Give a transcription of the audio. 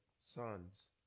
sons